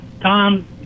Tom